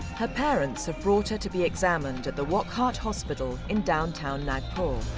her parents have brought her to be examined at the wockhardt hospital in down town nagpur.